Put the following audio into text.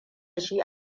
shi